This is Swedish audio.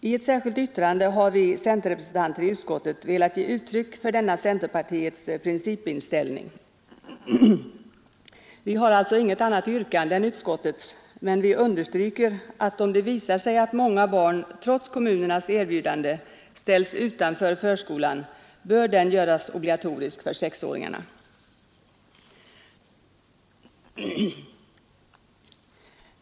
I ett särskilt yttrande har vi centerrepresentanter i utskottet velat ge uttryck för denna centerpartiets inställning. Vi har alltså inget annat yrkande än utskottets, men vi understryker att om det visar sig att många barn trots kommunernas erbjudande ställs utanför förskolan bör den göras obligatorisk för sexåringar.